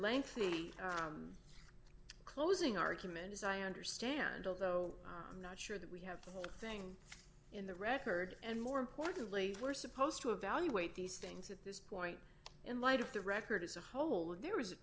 lengthy closing arguments i understand although i'm not sure that we have the whole thing in the record and more importantly we're supposed to evaluate these things at this point in light of the record as a whole there is a